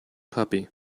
puppy